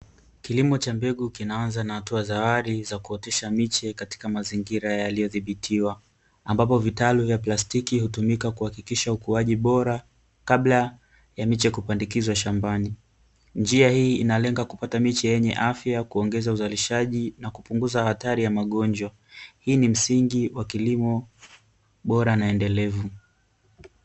Kilimo cha mbegu kinaanza na hatua za awali za kuotesha miche kati hali iliyodhibitiwa, ambapo vitalu vya plastiki hutumika kuhakikisha ukuaji bora kabla ya miche kupandikizwa shambani, njia hii inalenga kupata miche yenye afya, kuongeza uzalishaji na kupunguza hatari ya magonjwa. Hii ni msingi wa kilimo bora na endelevu.